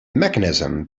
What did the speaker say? mechanism